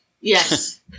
Yes